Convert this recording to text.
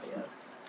Yes